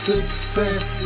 Success